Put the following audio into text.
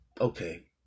okay